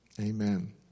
amen